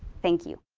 thank you